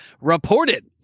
reported